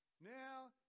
now